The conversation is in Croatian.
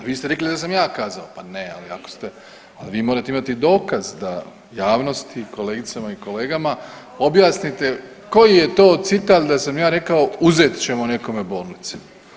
A vi ste rekli da sam ja kazao, pa ne ali ako ste, ali vi morate imati dokaz da javnost i kolegicama i kolegama objasnite koji je to citat da sam ja rekao uzet ćemo nekome bolnice.